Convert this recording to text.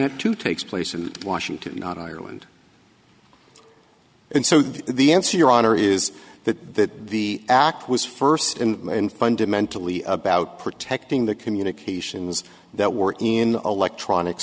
that too takes place in washington not ireland and so the answer your honor is that the act was first in fundamentally about protecting the communications that were in electronic